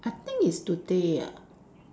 I think it's today ah